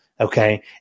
okay